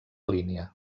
línia